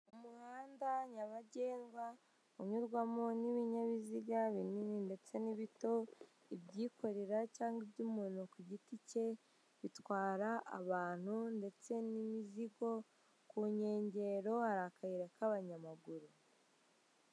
Umuhanda nyabagendwa unyurwamo n'ibinyabiziga binini ndetse n'ibito, ibyikorera cyangwa iby'umuntu ku giti ke bitwara abantu ndetse n'imizigo ku nyengero hari akayira ka banyamaguru.